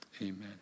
Amen